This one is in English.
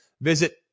visit